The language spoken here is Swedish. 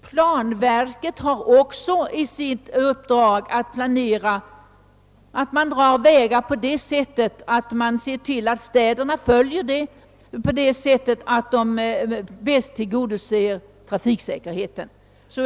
Planverket har också i uppdrag att se till att vägar dras fram så, att trafiksäkerheten tillgodoses.